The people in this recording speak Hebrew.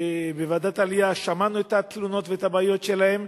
בוועדת העלייה שמענו את התלונות ואת הבעיות שלהם.